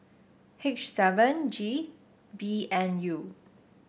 H seven G B N U